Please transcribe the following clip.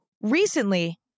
Recently